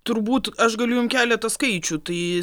turbūt aš galiu jum keletą skaičių tai